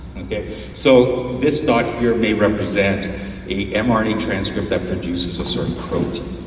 so this dot here may represent a mrna transcript that produces a certain protein.